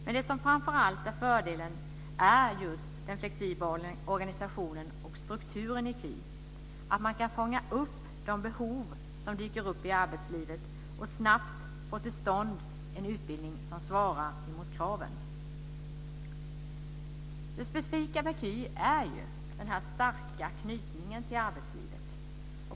Men det som framför allt är fördelen är just den flexibla organisationen och strukturen i KY, att man kan fånga upp de behov som dyker upp i arbetslivet och snabbt få till stånd en utbildning som svarar mot kraven. Det specifika med KY är den starka knytningen till arbetslivet.